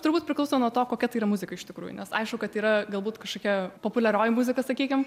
turbūt priklauso nuo to kokia tai yra muzika iš tikrųjų nes aišku kad yra galbūt kažkokia populiarioji muzika sakykim